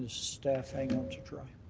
staff hanging out to dry.